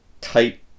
tight